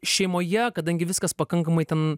šeimoje kadangi viskas pakankamai ten